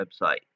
website